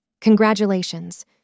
Congratulations